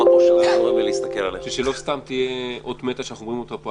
כדי שזה לא יהיה סתם אות מתה שאנחנו אומרים פה,